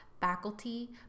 faculty